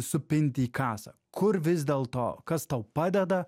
supinti į kasą kur vis dėlto kas tau padeda